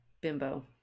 bimbo